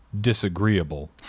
disagreeable